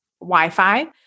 Wi-Fi